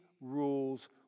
rules